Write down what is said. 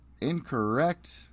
incorrect